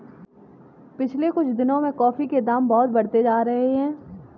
पिछले कुछ दिनों से कॉफी के दाम बहुत बढ़ते जा रहे है